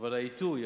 אבל העיתוי,